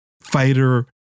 fighter